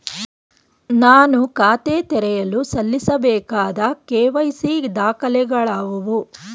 ನಾನು ಖಾತೆ ತೆರೆಯಲು ಸಲ್ಲಿಸಬೇಕಾದ ಕೆ.ವೈ.ಸಿ ದಾಖಲೆಗಳಾವವು?